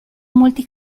molti